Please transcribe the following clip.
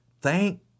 Thank